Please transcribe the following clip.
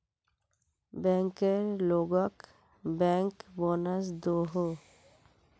banker लोगोक bank bonus दोहों